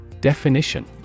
Definition